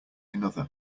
another